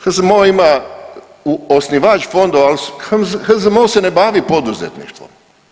HZMO ima osnivač fondova, HZMO se ne bavi poduzetništvom.